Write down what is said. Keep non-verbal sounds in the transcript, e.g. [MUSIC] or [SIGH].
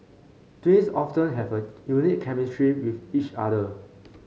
twins often have a [UNINTELLIGIBLE] unique chemistry with each other